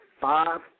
five